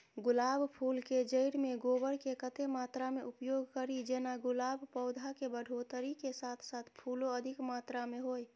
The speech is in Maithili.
गुलाब फूल केँ जैड़ मे गोबर केँ कत्ते मात्रा मे उपयोग कड़ी जेना गुलाब पौधा केँ बढ़ोतरी केँ साथ साथ फूलो अधिक मात्रा मे होइ?